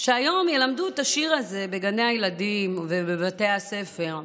כשהיום ילמדו את השיר הזה בגני הילדים ובבתי הספר,